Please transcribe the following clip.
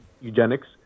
eugenics